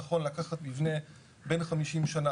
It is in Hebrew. נכון לקחת מבנה בן 50 שנה.